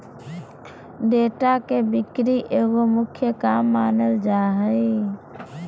data के बिक्री एगो मुख्य काम मानल जा हइ